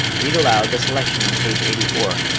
read aloud the selection on page eighty four,